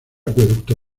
acueducto